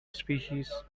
species